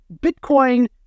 Bitcoin